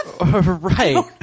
Right